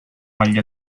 agli